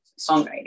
songwriting